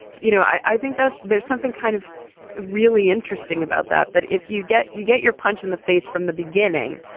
you know, i think that there's something kind of really interesting about that, that if you get you get your punch in the face from the beginning.